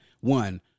one